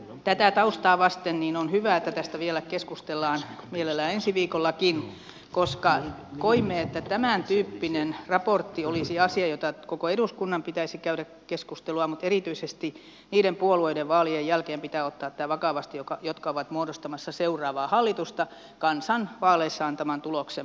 tätä taustaa vasten on hyvä että tästä vielä keskustellaan mielellään ensi viikollakin koska koimme että tämäntyyppinen raportti olisi asia josta koko eduskunnan pitäisi käydä keskustelua mutta erityisesti niiden puolueiden vaalien jälkeen pitää ottaa tämä vakavasti jotka ovat muodostamassa seuraavaa hallitusta kansan vaaleissa antaman tuloksen pohjalta